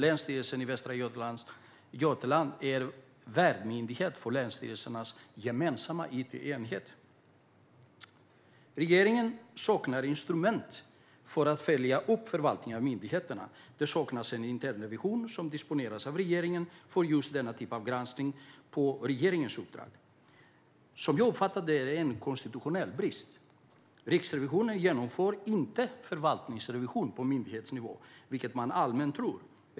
Länsstyrelsen i Västra Götaland är värdmyndighet för länsstyrelsernas gemensamma itenhet. Regeringen saknar instrument för att följa upp förvaltning av myndigheterna. Det saknas en internrevision som disponeras av regeringen för just detta slags granskning på regeringens uppdrag. Som jag uppfattar det är detta en konstitutionell brist. Riksrevisionen genomför inte förvaltningsrevision på myndighetsnivå, vilket man allmänt tror.